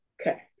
Okay